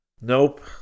Nope